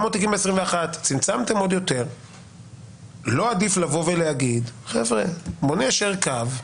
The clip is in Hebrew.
לא עדיף לבוא ולהגיד: "חבר'ה, בואו ניישר קו,